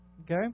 Okay